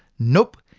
nope,